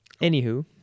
Anywho